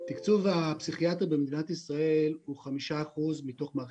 דיברתי על כל המנגנונים שקבועים בתקנות האלה במידה ובית חולים חורג,